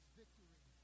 victory